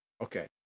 Okay